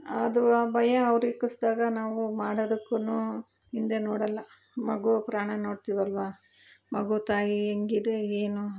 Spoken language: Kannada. ಅದು ಆ ಭಯ ಅವ್ರು ನಾವು ಮಾಡಾದಕ್ಕು ಹಿಂದೆ ನೋಡಲ್ಲ ಮಗು ಪ್ರಾಣ ನೋಡ್ತಿವಲ್ವ ಮಗು ತಾಯಿ ಹೆಂಗಿದೆ ಏನು